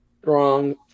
strong